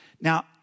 Now